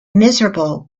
miserable